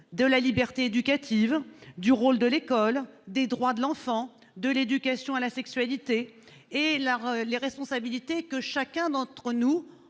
de la liberté éducative, du rôle de l'école, des droits de l'enfant, de l'éducation à la sexualité et de la responsabilité dont chacun d'entre nous